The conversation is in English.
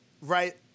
right